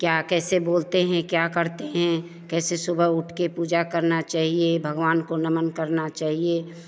क्या कैसे बोलते हैं क्या करते हैं कैसे सुबह उठ कर पूजा करना चाहिए भगवान को नमन करना चाहिए